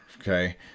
okay